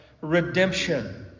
redemption